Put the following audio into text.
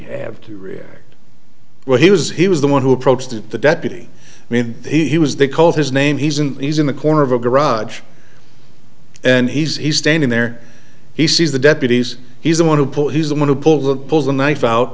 have to react when he was he was the one who approached the deputy i mean he was they called his name he's in he's in the corner of a garage and he's standing there he sees the deputies he's the one who pull he's the one who pulls the pulls a knife out